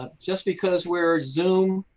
um just because we are zoom,